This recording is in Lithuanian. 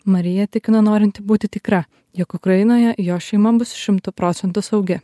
marija tikino norinti būti tikra jog ukrainoje jos šeima bus šimtu procentų saugi